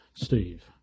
Steve